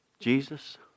Jesus